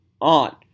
ON